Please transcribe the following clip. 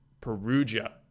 Perugia